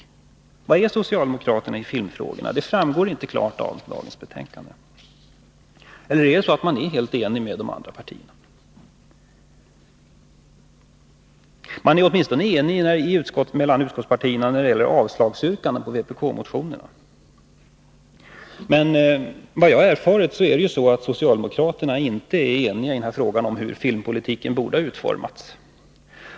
Var står socialdemokraterna i filmfrågorna? Det framgår inte klart av dagens betänkande. Är man helt enig med de andra partierna? Det råder enighet mellan utskottspartierna åtminstone när det gäller yrkandena om avslag på vpk-motionerna. Men efter vad jag har erfarit är socialdemokraterna inte eniga i frågan om hur filmpolitiken borde ha utformats.